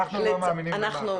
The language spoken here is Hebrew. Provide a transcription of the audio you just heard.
אנחנו לא מאמינים במח"ש.